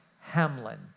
Hamlin